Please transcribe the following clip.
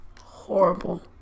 horrible